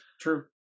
true